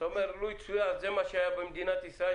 אתה אומר לו יצוין שזה מה שהיה במדינת ישראל,